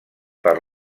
per